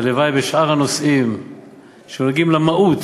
הלוואי שבשאר הנושאים שנוגעים למהות